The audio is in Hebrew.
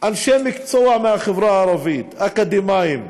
אנשי מקצוע מהחברה הערבית, אקדמאים,